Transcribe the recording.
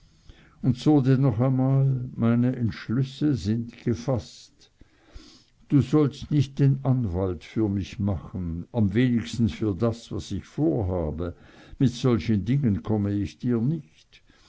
und so denn noch einmal meine entschlüsse sind gefaßt du sollst nicht den anwalt für mich machen am wenigsten für das was ich vorhabe mit solchen dingen komm ich dir nicht